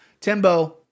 Timbo